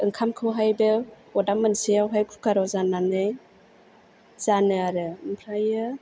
ओंखाम खौहाय बेव अदाब मोनसेयावहाय कुकाराव जान्नानै जानो आरो ओमफ्रायो